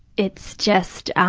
it's just,